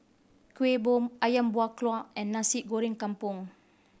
Kueh Bom Ayam Buah Keluak and Nasi Goreng Kampung